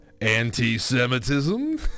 Anti-Semitism